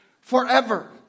forever